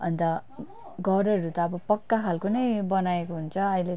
अन्त घरहरू त अब पक्का खालको नै बनाएको हुन्छ अहिले त